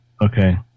Okay